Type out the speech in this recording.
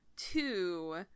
Two